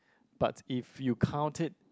but if you count it